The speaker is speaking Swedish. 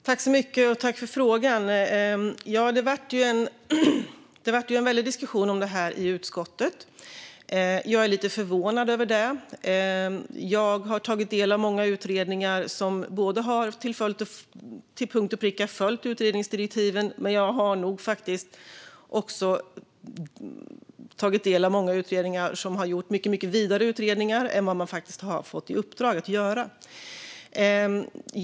Fru talman! Tack, Rasmus Ling, för frågan! Det blev en väldig diskussion om detta i utskottet. Jag är lite förvånad över det. Jag har tagit del av många utredningar som till punkt och pricka har följt utredningsdirektiven, men jag har faktiskt också tagit del av många som har gjort mycket vidare utredningar än man fått i uppdrag.